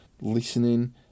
listening